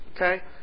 okay